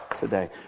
today